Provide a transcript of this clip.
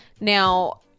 Now